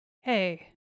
hey